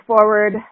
forward